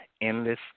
Endless